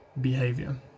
behavior